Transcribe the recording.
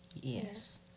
yes